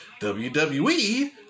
WWE